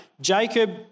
Jacob